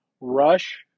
Rush